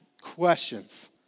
questions